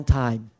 time